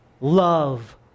Love